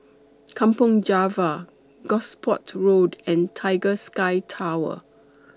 Kampong Java Gosport Road and Tiger Sky Tower